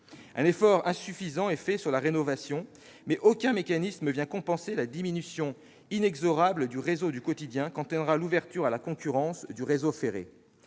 Un effort insuffisant est fait sur la rénovation, mais aucun mécanisme ne vient compenser la diminution inexorable du réseau du quotidien qu'entraînera l'ouverture à la concurrence du réseau ferré.